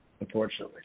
unfortunately